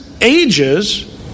ages